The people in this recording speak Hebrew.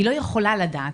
היא לא יכולה לדעת.